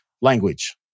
language